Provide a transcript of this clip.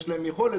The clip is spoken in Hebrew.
יש להם יכולת,